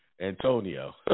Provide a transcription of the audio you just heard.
Antonio